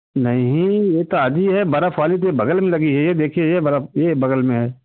नही ये ताजी है बर्फ़ वाली तो बगल मे लगी है ये देखिए ये बर्फ़ ये बगल मे है